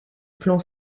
plan